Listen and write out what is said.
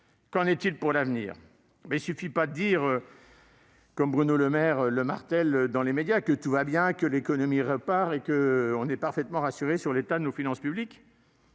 qu'en est-il pour l'avenir ? Il ne suffit pas de marteler, comme le fait Bruno Le Maire dans les médias, que « tout va bien », que l'économie repart et que l'on est parfaitement rassuré sur l'état de nos finances publiques !